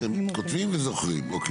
אתם כותבים וזוכרים, אוקיי.